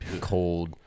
cold